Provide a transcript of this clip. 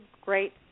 great